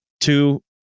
two